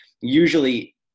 Usually